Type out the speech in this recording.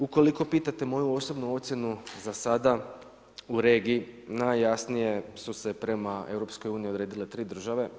Ukoliko pitate moju osobno ocjenu za sada u regiji, najjasnije su se prema EU-u odredile 3 države.